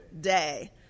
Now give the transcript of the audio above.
day